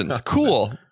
Cool